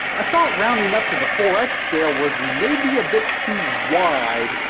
i thought rounding up to the four x scale was maybe a bit too wide,